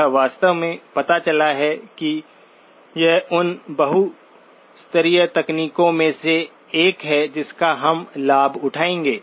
यह वास्तव में पता चला है कि यह उन बहुस्तरीय तकनीकों में से एक है जिसका हम लाभ उठाएंगे